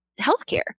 healthcare